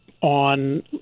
on